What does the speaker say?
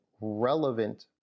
relevant